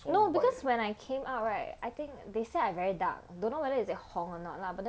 no because when I came out right I think they say I very dark don't know whether is it 红 or not lah but then